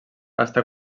està